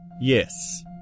Yes